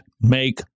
make